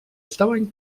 estaven